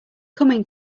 coming